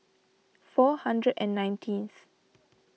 four hundred and nineteenth